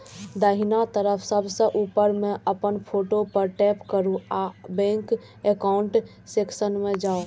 दाहिना तरफ सबसं ऊपर मे अपन फोटो पर टैप करू आ बैंक एकाउंट सेक्शन मे जाउ